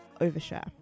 overshare